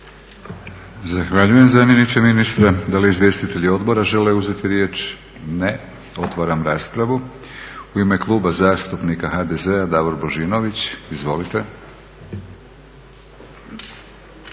Zahvaljujem zamjeniče ministra. Da li izvjestitelji odbora žele uzeti riječ? Ne. Otvaram raspravu. U ime Kluba zastupnika HDZ-a Davor Božinović. Izvolite.